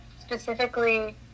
specifically